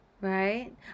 right